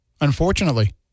Unfortunately